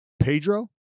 Pedro